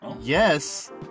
Yes